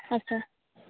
ᱟᱪᱪᱷᱟ